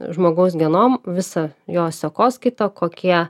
žmogaus genomo visa jo sekos kaita kokie